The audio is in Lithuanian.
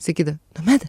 sakyda nomeda